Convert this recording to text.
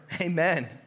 Amen